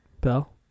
Bell